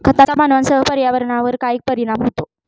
खतांचा मानवांसह पर्यावरणावर काय परिणाम होतो?